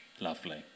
Lovely